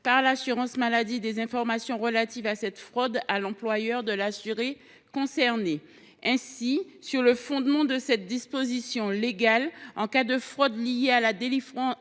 par l’assurance maladie des informations relatives à cette fraude à l’employeur de l’assuré concerné. Ainsi, sur le fondement de cette disposition légale, en cas de délivrance